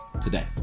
today